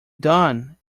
done